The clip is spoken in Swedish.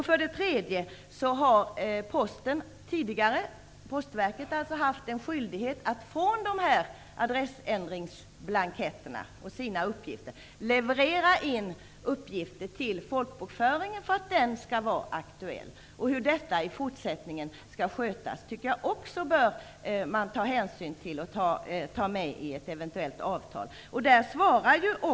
För det tredje har Postverket tidigare varit skyldigt att från de här adressändringsblanketterna och sina uppgifter leverera in uppgifter till folkbokföringen för att denna skall vara aktuell. Hur detta i fortsättningen skall skötas tycker jag att man också bör ta tänsyn till och ta med i ett eventuellt avtal.